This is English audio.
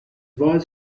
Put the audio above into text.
was